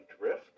drift